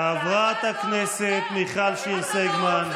חברת הכנסת מיכל שיר סגמן,